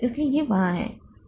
इसलिए यह वहां है